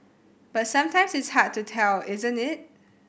but sometimes it's hard to tell isn't it